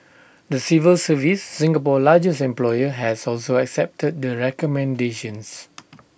the civil service Singapore's largest employer has also accepted the recommendations